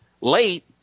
late